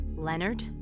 Leonard